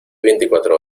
veinticuatro